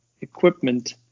equipment